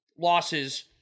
losses